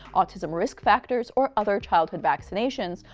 autism risk factors, or other childhood vaccinations,